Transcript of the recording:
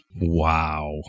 Wow